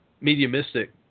mediumistic